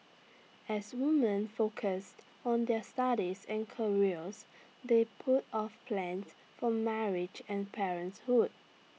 as women focused on their studies and careers they put off plans for marriage and parenthood